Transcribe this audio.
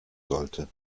sollte